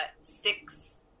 six